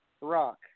Rock